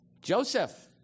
Joseph